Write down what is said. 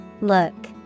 Look